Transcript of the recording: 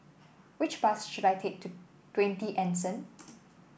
which bus should I take to Twenty Anson